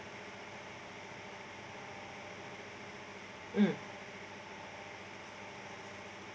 mm